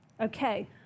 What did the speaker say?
Okay